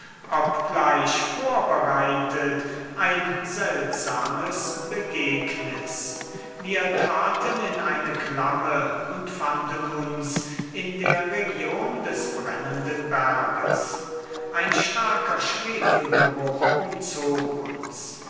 obgleich vorbereitet ein seltsames begegnis wir traten in eine klamme und fanden uns in der region des brennenden berges ein starker schwefelgeruch umzog uns